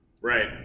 right